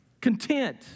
content